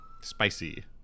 spicy